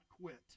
quit